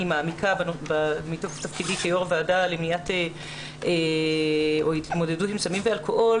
מעמיקה מתוקף תפקידי כיו"ר הוועדה להתמודדות עם סמים ואלכוהול.